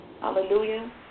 Hallelujah